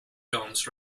domes